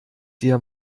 dir